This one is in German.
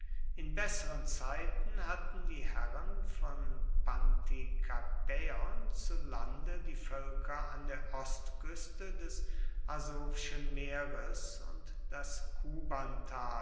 in besseren zeiten hatten die herren von pantikapäon zu lande die völker an der ostküste des asowschen meeres und das kubantal